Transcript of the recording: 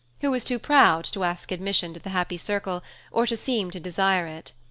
who was too proud to ask admission to the happy circle or to seem to desire it.